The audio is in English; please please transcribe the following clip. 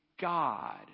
God